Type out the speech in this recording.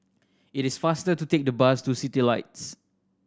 it is faster to take the bus to Citylights